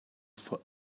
for